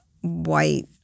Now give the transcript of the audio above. white